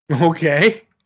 Okay